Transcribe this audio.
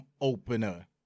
opener